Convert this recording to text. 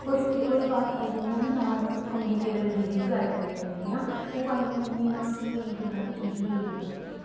ते ओह्दे बाद फिर आई जंदियां न नान कम्युनिकेबल डीसिज़िज आई जंदियां जेह्ड़ियां ओह् आइया जियां कि टीवी होइया